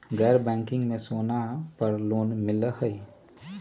गैर बैंकिंग में सोना पर लोन मिलहई?